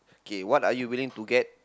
K what are you willing to get